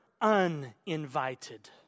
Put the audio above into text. uninvited